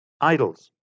idols